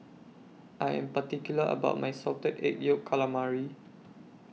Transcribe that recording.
I Am particular about My Salted Egg Yolk Calamari